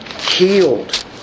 Healed